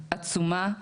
עצומה,